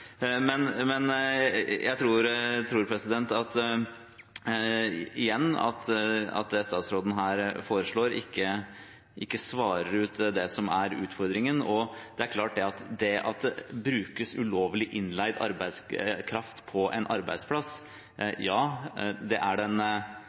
Jeg tror igjen at det statsråden her foreslår, ikke svarer på det som er utfordringen. Det at det brukes ulovlig innleid arbeidskraft på en arbeidsplass,